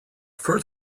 fruit